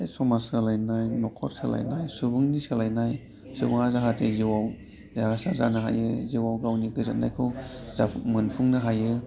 समाज सोलायनाय न'खर सोलायनाय सुबुंनि सोलायनाय सुबुङा जाहाथे जिउआव देरहासार जानो हायो जिउआव गावनि गोजोननायखौ मोनफुंनो हायो